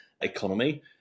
economy